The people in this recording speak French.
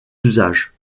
usages